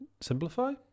Simplify